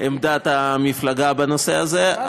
עמדת המפלגה בנושא הזה.